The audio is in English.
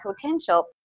potential